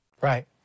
Right